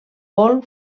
paul